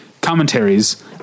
commentaries